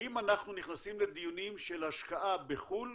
האם אנחנו נכנסים לדיונים של השקעה בחו"ל,